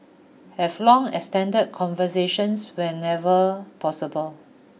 have long extended conversations wherever possible